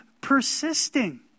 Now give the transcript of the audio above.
persisting